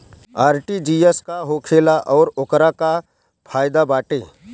RTGS का होखेला और ओकर का फाइदा बाटे?